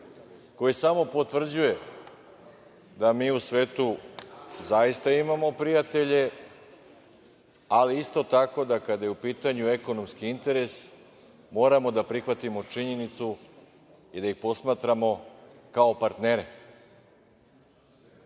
koji samo potvrđuje da mi u svetu zaista imamo prijatelje, ali isto tako da kada je u pitanju ekonomski interes, moramo da prihvatimo činjenicu i da ih posmatramo kao partnere.